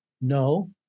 no